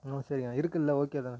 ம் சரிங்கண்ணா இருக்குதுல்ல ஓகே தானே